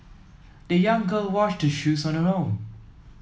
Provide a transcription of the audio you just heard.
the young girl washed her shoes on her own